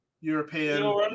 European